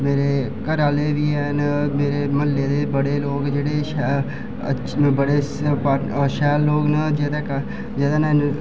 ते मेरे घरा आह्ले बी हैन मेरे म्हल्लै दे बड़े जेह्ड़े बड़े शैल लोग न जेह्दे ने